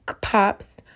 pops